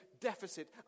deficit